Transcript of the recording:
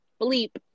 bleep